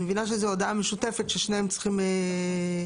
אני מבינה שזו הודעה משותפת ששניהם צריכים לפרסם.